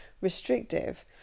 restrictive